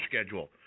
schedule